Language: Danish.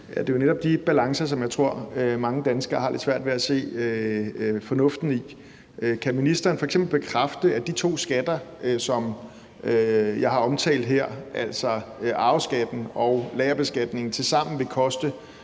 Det er jo netop de balancer, som jeg tror mange danskere har lidt svært ved at se fornuften i. Kan ministeren f.eks. bekræfte, at ændringen af de to skatter, som jeg har omtalt her, altså arveskatten og lagerbeskatningen, tilsammen vil koste